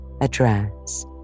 address